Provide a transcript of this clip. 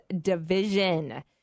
division